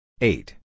Eight